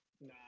No